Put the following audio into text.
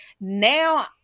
Now